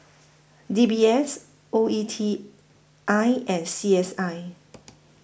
D B S O E T I and C S I